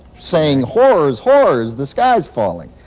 saying, horrors, horrors, the sky is falling!